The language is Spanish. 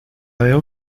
veo